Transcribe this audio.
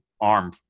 arm